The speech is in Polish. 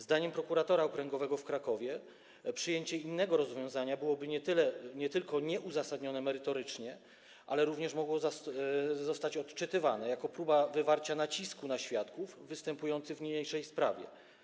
Zdaniem prokuratora okręgowego w Krakowie przyjęcie innego rozwiązania byłoby nie tylko nieuzasadnione merytorycznie, ale również mogło być odczytywane jako próba wywarcia nacisku na świadków występujących w niniejszej sprawie.